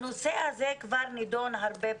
הנושא הזה כבר נידון הרבה פעמים.